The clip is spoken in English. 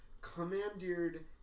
commandeered